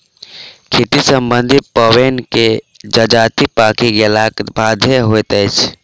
खेती सम्बन्धी पाबैन एक जजातिक पाकि गेलाक बादे होइत अछि